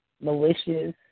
malicious